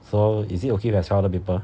so is it okay if I sell other people